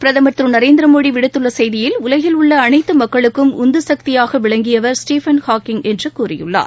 பிரதமர் திரு நரேந்திரமோடி விடுத்துள்ள செய்தியில் உலகில் உள்ள அனைத்து மக்களுக்கும் உந்து சக்தியாக விளங்கியவர் ஸ்டீபன் ஹாக்கிங் என்று கூறியுள்ளார்